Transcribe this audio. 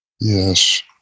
yes